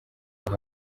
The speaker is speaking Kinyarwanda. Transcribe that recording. aho